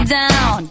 down